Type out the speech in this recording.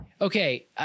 Okay